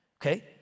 Okay